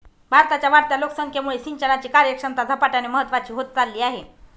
भारताच्या वाढत्या लोकसंख्येमुळे सिंचनाची कार्यक्षमता झपाट्याने महत्वाची होत चालली आहे